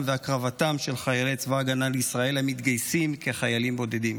והקרבתם של חיילי צבא ההגנה לישראל המתגייסים כחיילים בודדים.